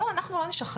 לא, אנחנו לא נשחרר.